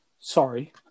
sorry